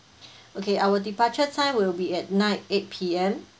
okay our departure time will be at night eight P_M